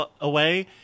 away